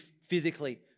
physically